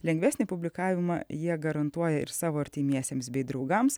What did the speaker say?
lengvesnį publikavimą jie garantuoja ir savo artimiesiems bei draugams